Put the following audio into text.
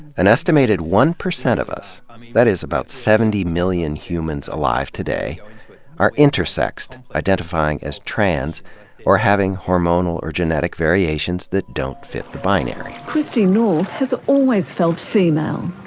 an estimated one-percent of us that is, about seventy million humans alive today are intersexed, identifying as trans or having hormonal or genetic variations that don't fit the binary. christine north has always felt female,